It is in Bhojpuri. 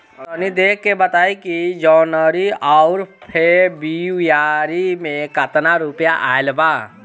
तनी देख के बताई कि जौनरी आउर फेबुयारी में कातना रुपिया आएल बा?